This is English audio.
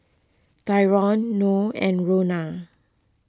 Tyrone Noe and Rhona